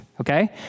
okay